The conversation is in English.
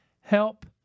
help